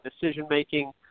decision-making